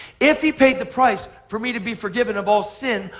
if he paid the price for me to be forgiven of all sin,